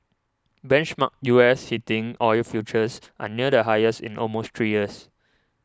benchmark U S heating oil futures are near the highest in almost three years